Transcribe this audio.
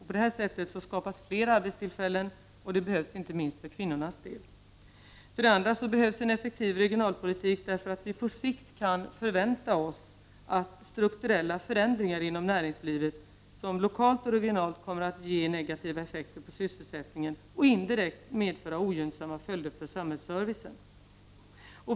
På det sättet skapas fler arbetstillfällen, vilket behövs inte minst för kvinnornas del. För det andra behövs en effektiv regionalpolitik därför att vi på sikt kan förvänta oss strukturella förändringar inom näringslivet, som lokalt och regionalt kommer att ge negativa effekter på sysselsättningen och indirekt medföra ogynnsamma följder för samhällsservicen.